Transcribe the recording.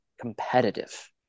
competitive